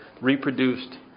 reproduced